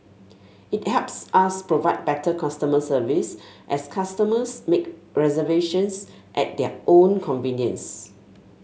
it helps us provide better customer service as customers make reservations at their own convenience